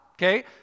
Okay